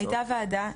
היתה ועדה,